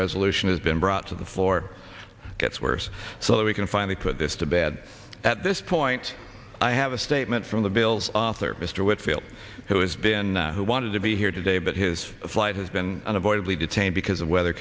resolution has been brought to the floor gets worse so that we can finally put this to bed at this point i have a statement from the bills author mr whitfield who has been who wanted to be here today but his flight has been unavoidably detained because of weather